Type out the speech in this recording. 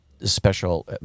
special